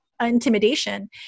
intimidation